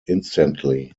instantly